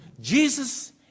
Jesus